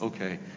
Okay